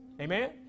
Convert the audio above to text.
Amen